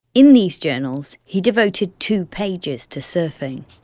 in these journals, he devoted two pages to surfing